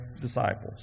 disciples